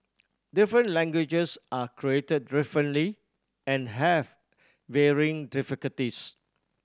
different languages are created differently and have varying difficulties